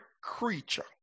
creature